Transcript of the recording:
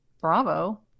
Bravo